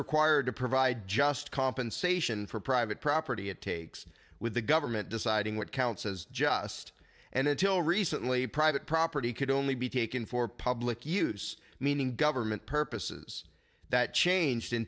required to provide just compensation for private property it takes with the government deciding what counts as just and until recently private property could only be taken for public use meaning government purposes that changed in